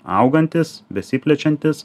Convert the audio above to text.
augantis besiplečiantis